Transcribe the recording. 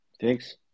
Thanks